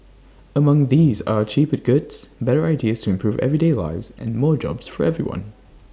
among these are A cheaper goods better ideas to improve everyday lives and more jobs for everyone